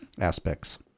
aspects